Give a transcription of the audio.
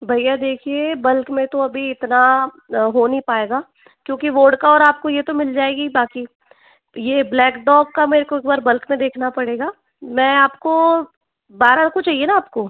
भैया देखिए बल्क में तो अभी इतना हो नहीं पाएगा क्योंकि वोडका और आपको ये तो मिल जाएंगी बाकि ये ब्लैक डॉग का मेरे को एक बार बल्क में देखना पड़ेगा मैं आपको बारह को चाहिए न आपको